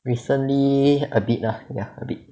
recently a bit lah ya a bit